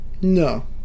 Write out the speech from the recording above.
No